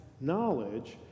knowledge